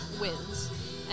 wins